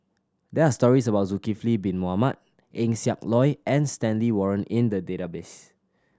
there are stories about Zulkifli Bin Mohamed Eng Siak Loy and Stanley Warren in the database